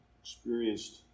experienced